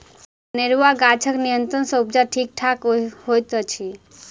अनेरूआ गाछक नियंत्रण सँ उपजा ठीक ठाक होइत अछि